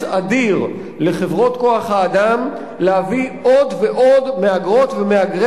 אדיר לחברות כוח-האדם להביא עוד ועוד מהגרות ומהגרי